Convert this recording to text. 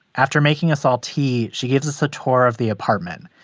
after making us all tea, she gives us a tour of the apartment.